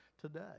today